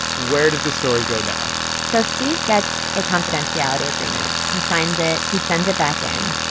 where does this story go now? so steve gets a confidentiality agreement. he signs it. he sends it back in.